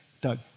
Doug